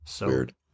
Weird